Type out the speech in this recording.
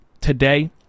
today